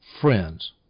friends